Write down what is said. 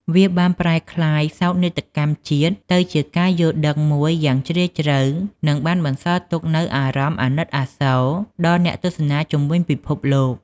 វាបានប្រែក្លាយសោកនាដកម្មជាតិទៅជាការយល់ដឹងមួយយ៉ាងជ្រាលជ្រៅ និងបានបន្សល់ទុកនូវអារម្មណ៍អាណិតអាសូរដល់អ្នកទស្សនាជុំវិញពិភពលោក។